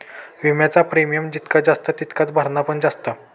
विम्याचा प्रीमियम जितका जास्त तितकाच भरणा पण जास्त